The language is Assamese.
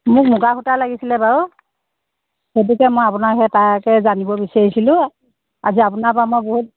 মোক মুগা সূতা লাগিছিল বাৰু গতিকে মই আপোনা সেই তাকে জানিব বিচাৰিছিলোঁ আজি আপোনাৰ পৰা মই বহুত